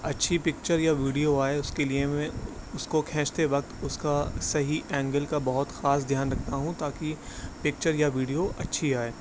اچھی پکچر یا ویڈیو آئے اس کے لیے میں اس کو کھینچتے وقت اس کا صحیح اینگل کا بہت خاص دھیان رکھتا ہوں تاکہ پکچر یا ویڈیو اچھی آئے